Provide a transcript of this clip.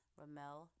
ramel